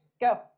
go